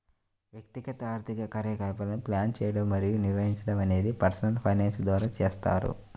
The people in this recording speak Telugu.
వ్యక్తిగత ఆర్థిక కార్యకలాపాలను ప్లాన్ చేయడం మరియు నిర్వహించడం అనేది పర్సనల్ ఫైనాన్స్ ద్వారా చేస్తారు